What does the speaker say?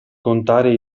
contare